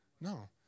No